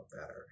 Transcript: better